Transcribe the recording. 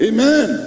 Amen